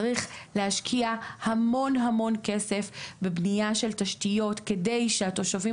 צריך להשקיע המון המון כסף בבנייה של תשתיות כדי שהתושבים